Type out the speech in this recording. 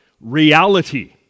reality